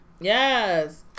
Yes